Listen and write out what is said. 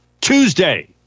Tuesday